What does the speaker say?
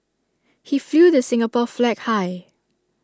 he flew the Singapore flag high